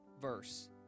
verse